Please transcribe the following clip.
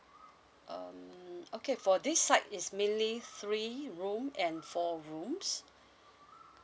um okay for this site is mainly three room and four rooms